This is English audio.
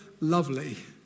lovely